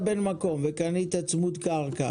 נניח ואתה בן מקום וקנית צמוד קרקע